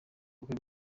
ubukwe